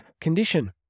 condition